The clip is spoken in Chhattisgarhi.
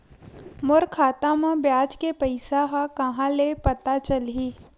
मोर खाता म ब्याज के पईसा ह कहां ले पता चलही?